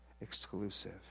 exclusive